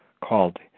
called